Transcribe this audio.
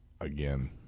Again